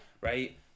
right